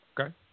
Okay